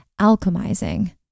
alchemizing